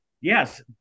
yes